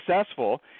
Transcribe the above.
successful